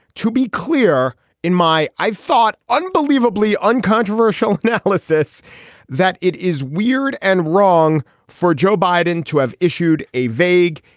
to be clear in my i thought, unbelievably uncontroversial analysis that it is weird and wrong for joe biden to have issued a vague,